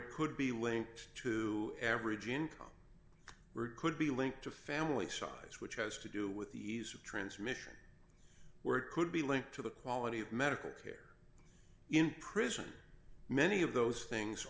it could be linked to average income were could be linked to family size which has to do with the ease of transmission where it could be linked to the quality of medical care in prison many of those things